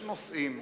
יש נושאים,